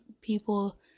people